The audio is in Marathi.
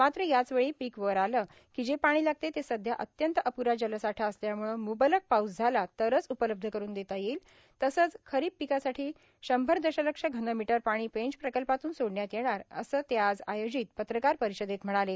मात्र याचवेळी पीक वर आले की जे पाणी लागते ते सध्या अत्यंत अप्ररा जलसाठा असल्यामुळं मुबलक पाऊस झाला तरच उपलब्ध करून देता येईल तसंच खरीप पिकासाठी शंभर दश लक्ष घन मीटर पाणी पेंच प्रकल्पातून सोडण्यात येणार असं ते आज आयोजित पत्रकार परिषदेत म्हणाले